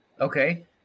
Okay